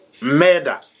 murder